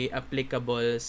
applicable